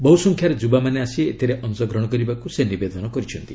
ବହୁସଂଖ୍ୟାରେ ଯୁବାମାନେ ଆସି ଏଥିରେ ଅଶଗ୍ରହଣ କରିବାକୁ ସେ ନିବେଦନ କରିଛନ୍ତି